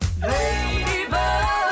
Ladybug